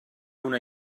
una